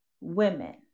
women